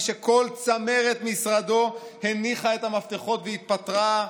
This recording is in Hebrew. מי שכל צמרת משרדו הניחה את המפתחות והתפטרה,